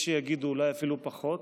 יש שיגידו אולי אפילו פחות,